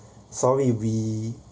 sorry we